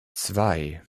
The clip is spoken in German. zwei